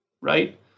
right